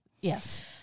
Yes